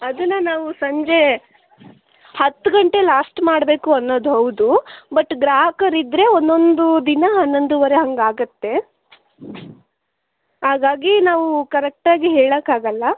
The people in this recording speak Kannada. ಅದನ್ನು ನಾವು ಸಂಜೆ ಹತ್ತು ಗಂಟೆ ಲಾಸ್ಟ್ ಮಾಡಬೇಕು ಅನ್ನೋದು ಹೌದು ಬಟ್ ಗ್ರಾಹಕರು ಇದ್ದರೆ ಒಂದೊಂದು ದಿನ ಹನ್ನೊಂದೂವರೆ ಹಂಗೆ ಆಗುತ್ತೆ ಹಾಗಾಗಿ ನಾವು ಕರೆಕ್ಟಾಗಿ ಹೇಳೋಕ್ಕಾಗಲ್ಲ